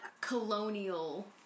colonial